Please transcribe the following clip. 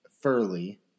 Furley